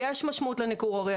יש משמעות לניכור ההורי,